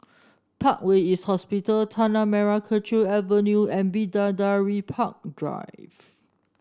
Parkway East Hospital Tanah Merah Kechil Avenue and Bidadari Park Drive